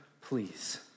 please